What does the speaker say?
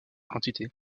quantité